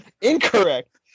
Incorrect